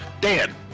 Dan